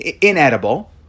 inedible